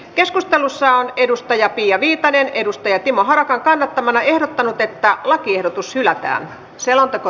keskustelussa on pia viitanen timo harakan kannattamana ehdottanut että lakiehdotus hylätään selonteko